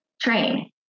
train